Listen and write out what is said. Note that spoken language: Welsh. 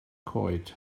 coed